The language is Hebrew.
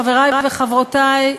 חברי וחברותי,